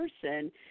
person